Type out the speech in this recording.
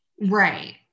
right